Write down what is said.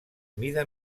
mida